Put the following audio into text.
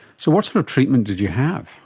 so what sort of treatment did you have?